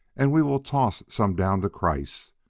and we will toss some down to kreiss.